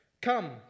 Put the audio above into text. Come